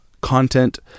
content